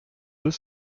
deux